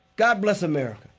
god bless america